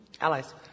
allies